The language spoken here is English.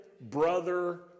brother